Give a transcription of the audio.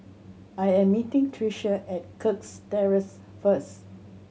I am meeting Tricia at Kirk Terrace first